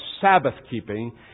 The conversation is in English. Sabbath-keeping